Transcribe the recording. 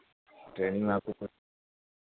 training में